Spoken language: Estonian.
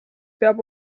peab